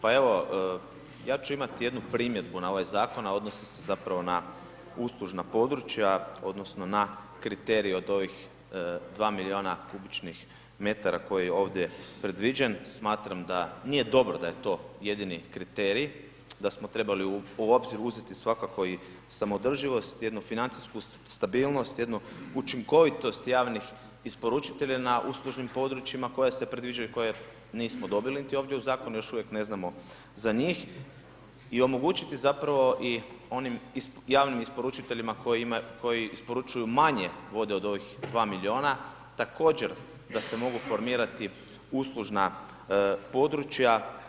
Pa evo ja ću imati jednu primjedbu na ovaj zakon a odnosi se zapravo na uslužna područja odnosno na kriterije od ovih 2 milijuna m3 koji je ovdje previđen, smatram da nije dobro da je to jedini kriterij, da smo trebali u obzir uzeti svakako i samoodrživost, jednu financijsku stabilnost, jednu učinkovitost javnih isporučitelja na uslužnim područjima koja se predviđaju, koja nismo dobili niti ovdje u zakonu, još uvijek ne znamo za njih i omogućiti zapravo i onim javnim isporučiteljima koji isporučuju manje vode od ovih 2 milijuna također da se mogu formirati uslužna područja.